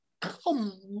come